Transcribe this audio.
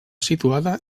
situada